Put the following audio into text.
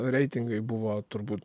reitingai buvo turbūt